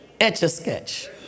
Etch-a-Sketch